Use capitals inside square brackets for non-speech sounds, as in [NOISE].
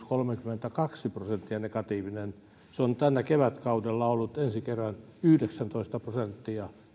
[UNINTELLIGIBLE] kolmekymmentäkaksi prosenttia negatiivinen niin se on tällä kevätkaudella ollut ensi kerran yhdeksäntoista prosenttia